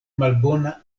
malbona